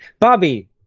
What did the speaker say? Bobby